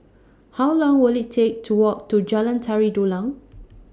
How Long Will IT Take to Walk to Jalan Tari Dulang